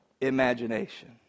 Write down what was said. imagination